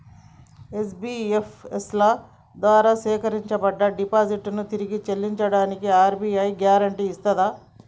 NBFC ల ద్వారా సేకరించబడ్డ డిపాజిట్లను తిరిగి చెల్లించడానికి ఆర్.బి.ఐ గ్యారెంటీ ఇస్తదా?